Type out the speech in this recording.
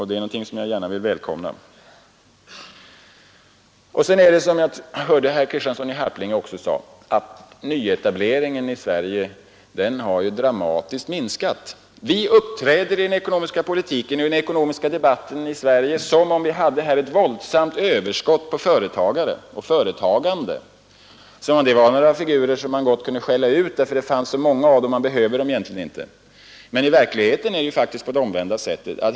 Det är någonting jag gärna vill välkomna Herr Kristiansson i Harplinge framhöll att nyetableringen i Sverige dramatiskt har minskat. Vi uppträder i den ekonomiska politiken och den ekonomiska debatten i Sverige som om vi hade ett våldsamt överskott på företagare och företagande och som om företagarna var några figurer som man gott kunde skälla ut, eftersom det fanns så många av dem. Man behövde dem egentligen inte. I verkligheten är det på omvänt sätt.